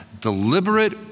deliberate